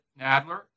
Nadler